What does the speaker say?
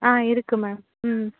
ஆ இருக்குது மேம் ம்